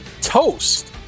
Toast